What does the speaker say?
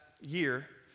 year